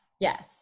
Yes